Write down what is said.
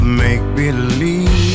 make-believe